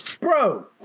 bro